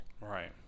Right